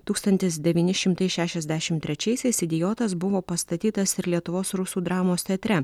tūkstantis devyni šimtai šešiasdešim trečiaisiais idiotas buvo pastatytas ir lietuvos rusų dramos teatre